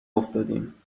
افتادیم